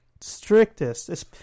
strictest